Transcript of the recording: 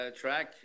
track